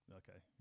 okay